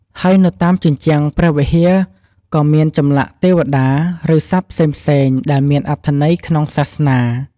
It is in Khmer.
ហើយនៅតាមជញ្ជាំងព្រះវិហាក៏មានចម្លាក់ទេវតា ឬសត្វផ្សេងៗ ដែលមានអត្ថន័យលក្នុងសាសនា។